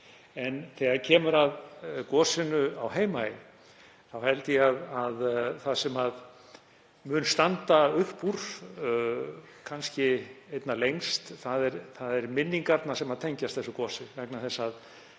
En þegar kemur að gosinu á Heimaey held ég að það sem standa muni upp úr kannski einna lengst séu minningarnar sem tengjast þessu gosi vegna þess að